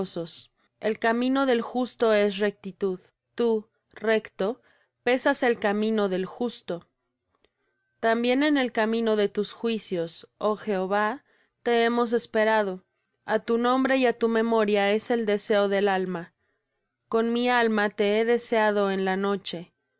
el camino del justo es rectitud tú recto pesas el camino del justo también en el camino de tus juicios oh jehová te hemos esperado á tu nombre y á tu memoria es el deseo del alma con mi alma te he deseado en la noche y